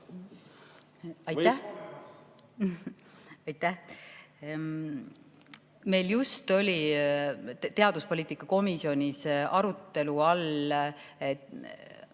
Aitäh! Meil just oli teaduspoliitika komisjonis arutelu all